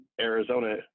Arizona